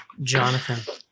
Jonathan